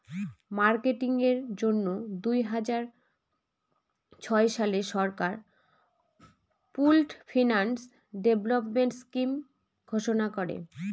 marketing এর জন্য দুই হাজার ছয় সালে সরকার পুল্ড ফিন্যান্স ডেভেলপমেন্ট স্কিম ঘোষণা করে